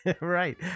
Right